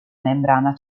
membrana